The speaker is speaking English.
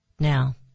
Now